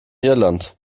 irland